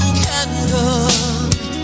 candle